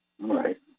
Right